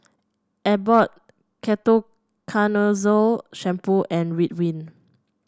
Abbott Ketoconazole Shampoo and Ridwind